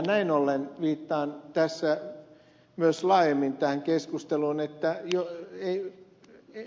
näin ollen viittaan tässä myös laajemmin tähän keskusteluun